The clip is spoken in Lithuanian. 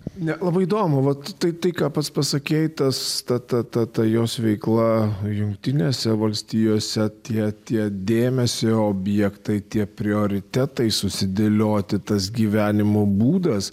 ne labai įdomu vat tai tai ką pats pasakei tas ta ta ta ta jos veikla jungtinėse valstijose tie tie dėmesio objektai tie prioritetai susidėlioti tas gyvenimo būdas